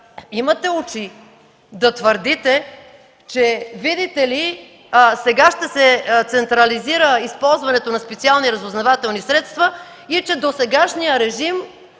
имате очи да твърдите, че видите ли сега ще се централизира използването на специални разузнавателни средства и че досегашният режим,